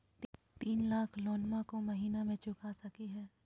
तीन लाख लोनमा को महीना मे चुका सकी हय?